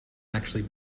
actually